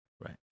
Right